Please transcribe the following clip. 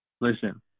Listen